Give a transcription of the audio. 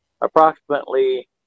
approximately